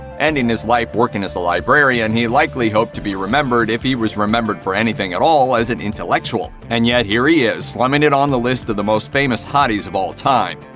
ending his life working as a librarian, he likely hoped to be remembered, if he was remembered for anything at all, as an intellectual. and yet here he is, slumming it on a list of the most famous hotties of all time.